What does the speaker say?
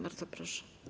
Bardzo proszę.